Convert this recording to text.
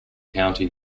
county